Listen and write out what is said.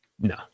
No